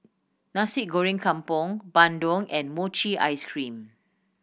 Nasi Goreng Kampung bandung and mochi ice cream